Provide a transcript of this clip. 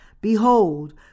Behold